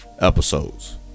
episodes